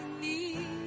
need